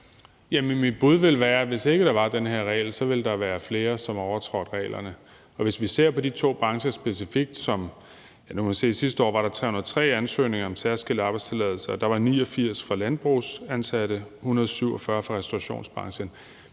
Mit bud vil være, at hvis ikke der var den her regel, ville der være flere, som overtrådte reglerne. Og hvis vi ser på de to brancher specifikt, var der sidste år 303 ansøgninger om særskilt arbejdstilladelse, og der var 89 fra landbrugsansatte og 147 fra restaurationsbranchen.